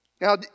Now